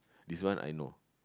this one I know